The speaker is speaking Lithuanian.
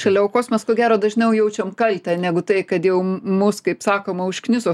šalia aukos mes ko gero dažniau jaučiam kaltę negu tai kad jau mus kaip sakoma užkniso